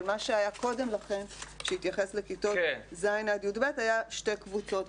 אבל מה שהתייחס קודם לכן לכיתות ז' עד י"ב היה שתי קבוצות.